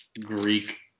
greek